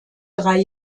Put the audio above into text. drei